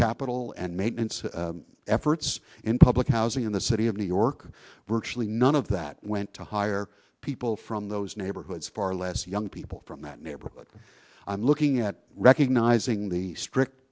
capital and made efforts in public housing in the city of new york virtually none of that went to hire people from those neighborhoods far less young people from that neighborhood i'm looking at recognizing the strict